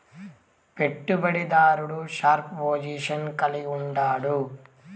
పెట్టుబడి దారుడు sharp position కలిగుండాడు